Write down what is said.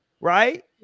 right